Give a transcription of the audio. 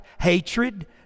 hatred